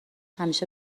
همیشه